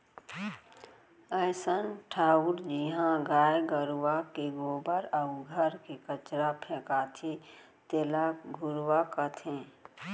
अइसन ठउर जिहॉं गाय गरूवा के गोबर अउ घर के कचरा फेंकाथे तेला घुरूवा कथें